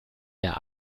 der